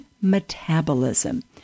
metabolism